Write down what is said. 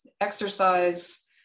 exercise